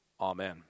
Amen